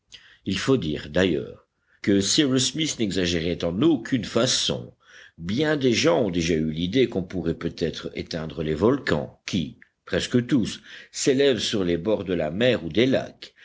il faut dire d'ailleurs que cyrus smith n'exagérait en aucune façon bien des gens ont déjà eu l'idée qu'on pourrait peut-être éteindre les volcans qui presque tous s'élèvent sur les bords de la mer ou des lacs